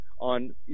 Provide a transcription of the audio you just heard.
on